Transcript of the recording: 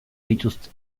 dituzte